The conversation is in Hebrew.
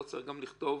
לא צריך גם לכתוב